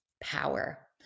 power